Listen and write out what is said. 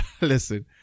Listen